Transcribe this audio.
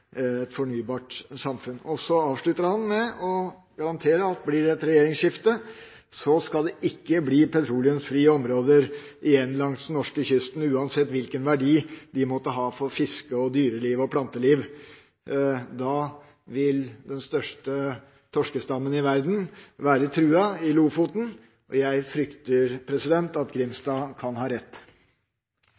et fornybart samfunn. Så avslutter han med å garantere at hvis det blir et regjeringsskifte, skal det ikke bli petroleumsfrie områder igjen langs norskekysten, uansett hvilken verdi de måtte ha for fiske, dyreliv og planteliv. Da vil den største torskestammen i verden være truet i Lofoten. Jeg frykter at Grimstad kan ha rett.